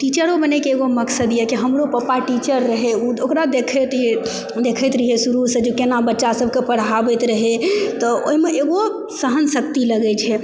टीचरो बनैके एगो मकसद यऽ कि हमरो पापा टीचर रहै ओ ओकरा देखैत रहियै शुरूसँ जे ओ केना बच्चा सबके पढ़ाबैत रहै तऽ ओहिमे एगो सहनशक्ति लगै छै